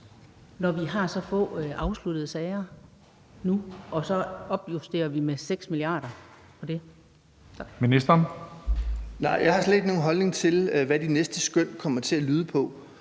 når vi har så få afsluttede sager nu og så opjusterer med 6 mia.